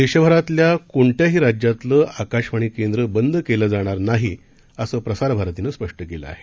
देशभरातल्याकोणत्याहीराज्यातलंआकाशवाणीकेंद्रबंदकेलंजाणारनाही असंप्रसारभारतीनंआजस्पष्टकेलंआहे